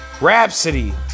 Rhapsody